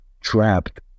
trapped